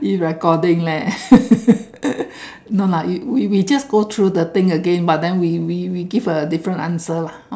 it's recording leh no lah we we just go through the thing again but then we we we give a different answer lah